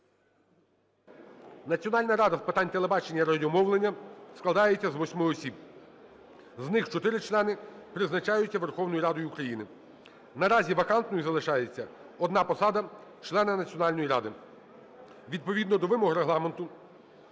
Національна рада з питань телебачення і радіомовлення складається з восьми осіб, з них чотири члени призначаються Верховною Радою України. Наразі вакантною залишається одна посада члена Національної ради. Відповідно до вимог Регламенту